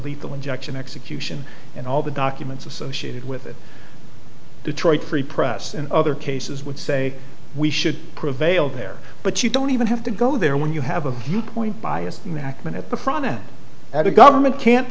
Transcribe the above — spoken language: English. lethal injection execution and all the documents associated with it detroit free press in other cases would say we should prevail there but you don't even have to go there when you have a viewpoint biased nachman at the front at a government can't